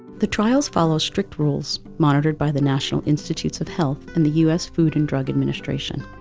the trials follow strict rules, monitored by the national institutes of health and the us food and drug administration.